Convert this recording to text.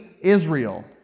Israel